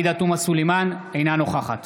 אינה נוכחת